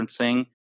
referencing